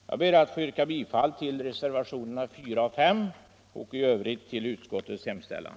Jag ber att få yrka bifall till reservationerna 4 och 5 och i övrigt till utskottets hemställan.